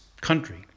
country